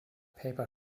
paper